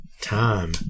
time